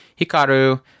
Hikaru